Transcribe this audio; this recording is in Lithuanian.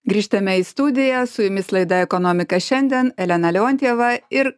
grįžtame į studiją su jumis laida ekonomika šiandien elena leontjeva ir